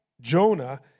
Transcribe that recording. jonah